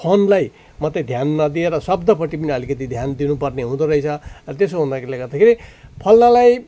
फोनलाई मात्रै ध्यान नदिएर शब्दपट्टि पनि अलिकति ध्यान दिनुपर्ने हुँदोरहेछ त्यसो हुँदाखेरिले गर्दाखेरि